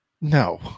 no